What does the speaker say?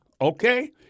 Okay